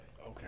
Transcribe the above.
Okay